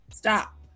stop